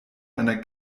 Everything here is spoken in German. einer